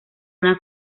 una